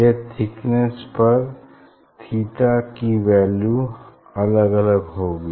एक थिकनेस पर थीटा की वैल्यू अलग अलग होंगी